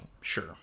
Sure